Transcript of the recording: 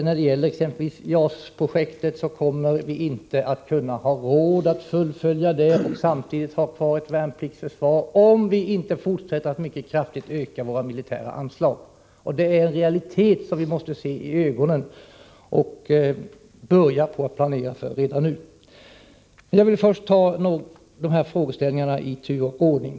Vi kommer exempelvis inte att ha råd att fullfölja JAS-projektet och samtidigt ha ett värnpliktsförsvar, om vi inte fortsätter att mycket kraftigt öka de militära anslagen. Det är en realitet som vi måste se i ögonen och börja planera för redan nu. Låt mig ta upp frågeställningarna i tur och ordning.